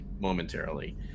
momentarily